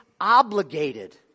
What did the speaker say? obligated